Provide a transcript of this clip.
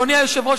אדוני היושב-ראש,